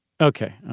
okay